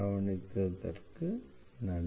கவனித்ததற்கு நன்றி